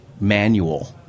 manual